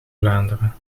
vlaanderen